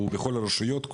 הוא בכל הרשויות,